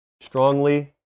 Strongly